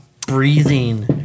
breathing